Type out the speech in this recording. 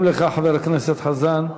גם לך, חבר הכנסת חזן,